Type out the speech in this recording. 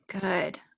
Good